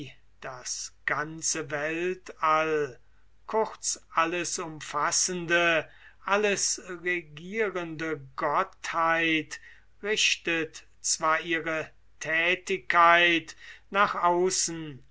das ganze weltall alles umfassende alles regierende gottheit richtet zwar ihre thätigkeit nach außen